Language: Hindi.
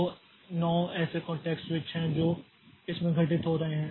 तो 9 ऐसे कॉंटेक्स्ट स्विच हैं जो इसमें घटित हो रहे हैं